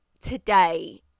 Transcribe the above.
today